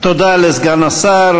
תודה לסגן השר.